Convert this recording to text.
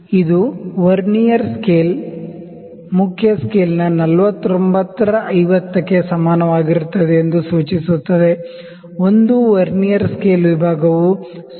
ಇದು vernier scale ಮುಖ್ಯ ಸ್ಕೇಲ್ನ 49 ರ 50 ಕ್ಕೆ ಸಮಾನವಾಗಿರುತ್ತದೆ ಎಂದು ಸೂಚಿಸುತ್ತದೆ 1 ವರ್ನಿಯರ್ ಸ್ಕೇಲ್ ವಿಭಾಗವು 0